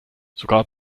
sogar